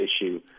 issue